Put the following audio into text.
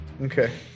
Okay